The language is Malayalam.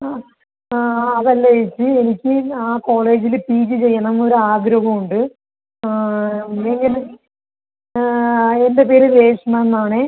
ആ ആ അത് അല്ല ചേച്ചി എനിക്ക് ആ കോളേജിൽ പി ജി ചെയ്യണമെന്ന് ഒരു ആഗ്രഹം ഉണ്ട് പിന്ന എങ്ങനെ എൻ്റെ പേര് രേഷ്മയെന്നാണെ